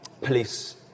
police